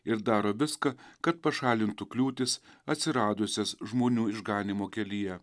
ir daro viską kad pašalintų kliūtis atsiradusias žmonių išganymo kelyje